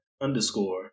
underscore